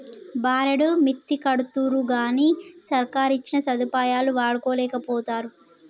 బారెడు మిత్తికడ్తరుగని సర్కారిచ్చిన సదుపాయాలు వాడుకోలేకపోతరు